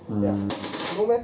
mm